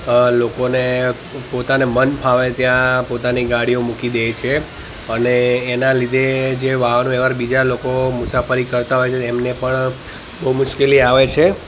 અ લોકોને પોતાને મન ફાવે ત્યાં પોતાની ગાડીઓ મૂકી દે છે અને એના લીધે જે વાહન વ્યવહાર બીજા લોકો મુસાફરી કરતા હોય છે એમને પણ બહુ મુશ્કેલી આવે છે